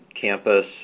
campus